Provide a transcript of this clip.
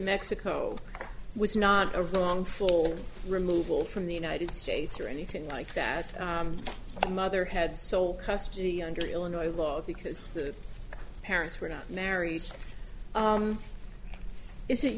mexico was not a wrongful removal from the united states or anything like that a mother had sole custody under illinois law because the parents were not married is it